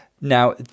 Now